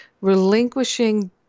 relinquishing